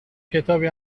کتابی